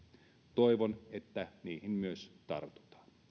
toivon että niihin myös tartutaan